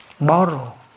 borrow